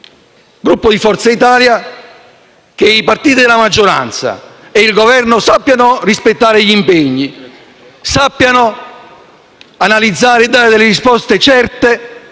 Gruppo di Forza Italia, che i partiti, la maggioranza e il Governo sappiano rispettare gli impegni, sappiano analizzare e dare delle risposte certe